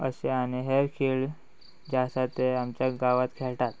अशें आनी हेर खेळ जे आसा ते आमच्या गांवांत खेळटात